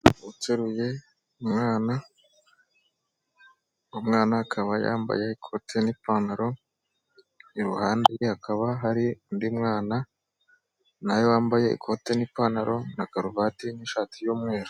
Uteruye umwana, umwana akaba yambaye ikote n'ipantaro, iruhande rwe hakaba hari undi mwana, nawe wambaye ikote n'ipantaro, na karuvati n'ishati, y'umweru.